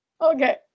Okay